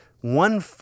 one